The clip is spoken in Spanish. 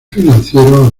financieros